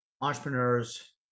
entrepreneurs